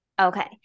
okay